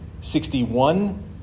sixty-one